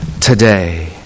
today